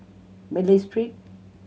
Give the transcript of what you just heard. Malay Street